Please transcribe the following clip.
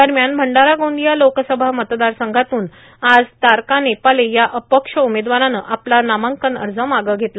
दरम्यान भंडारा गर्गांदया लोकसभा मतदार संघातून आज तारका नेपाले या अपक्ष उमेदवारानं आपला नामांकन अज मागं घेतला